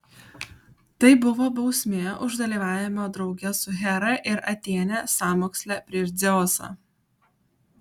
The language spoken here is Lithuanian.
tai buvo bausmė už dalyvavimą drauge su hera ir atėne sąmoksle prieš dzeusą